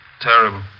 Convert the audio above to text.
Terrible